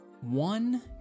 One